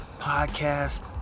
podcast